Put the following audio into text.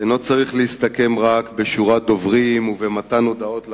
אינו צריך להסתכם רק בשורת דוברים ומתן הודעות לקוניות,